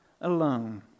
alone